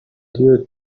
lieu